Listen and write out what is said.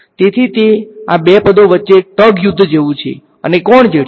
તેથીતે આ બે પદો વચ્ચે ટગ યુદ્ધ જેવું છે અને કોણ જીતશે